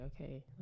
okay